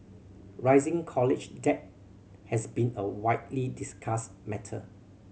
rising college debt has been a widely discussed matter